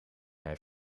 hij